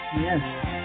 Yes